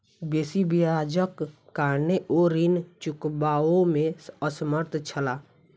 बेसी ब्याजक कारणेँ ओ ऋण चुकबअ में असमर्थ छला